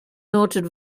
noted